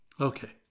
Okay